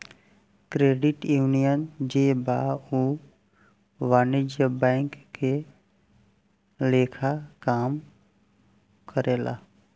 credit union जे बा उ वाणिज्यिक बैंक के लेखा काम करेला